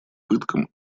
пыткам